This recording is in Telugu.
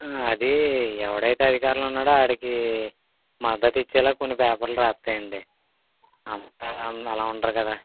అది ఎవడైతే అధికారంలో ఉన్నాడో ఆడికి మద్ధతిచ్చేలా కొన్ని పేపర్లు రాస్తాయండి అంతా అలా ఉండరు కదా